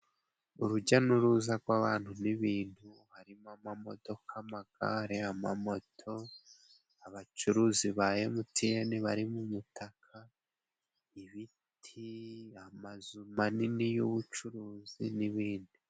Urujya n'uruza gw'abantu n'ibintu harimo amamodoka, amagare, amamoto abacuruzi ba emutiyeni bari mu mitaka ibiti amazu manini y'ubucuruzi n'ibindi.